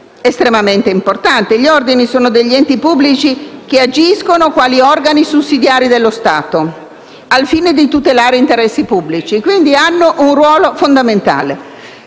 estremamente importante. Gli ordini sono enti pubblici che agiscono quali organi sussidiari dello Stato al fine di tutelare interessi pubblici e quindi hanno un ruolo fondamentale.